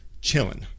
Chilling